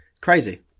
crazy